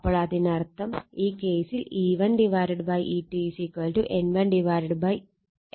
അപ്പോൾ അതിനർത്ഥം ഈ കേസിൽ E1 E2 N1 N2